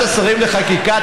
ועדת השרים לחקיקה,